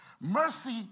Mercy